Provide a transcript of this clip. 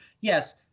Yes